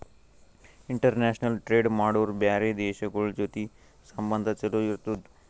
international trade ಮಾಡುರ್ ಬ್ಯಾರೆ ದೇಶಗೋಳ್ ಜೊತಿ ಸಂಬಂಧ ಛಲೋ ಇರ್ತುದ್